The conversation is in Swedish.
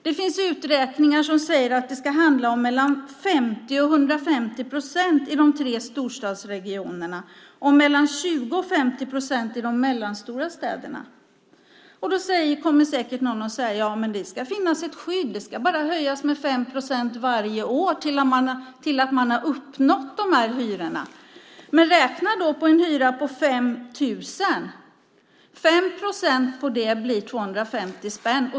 Det finns uträkningar som säger att det ska handla om höjningar på mellan 50 och 150 procent i de tre storstadsregionerna och om höjningar på mellan 20 och 50 procent i de mellanstora städerna. Då kommer säkert någon att säga att det ska finnas ett skydd och att det blir höjningar med bara 5 procent varje år tills man har uppnått dessa hyror. Men räkna då på en hyra på 5 000 kronor. 5 procent på det blir 250 spänn.